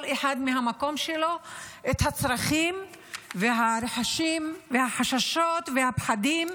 אחד מהמקום שלו את הצרכים והרחשים והחששות והפחדים.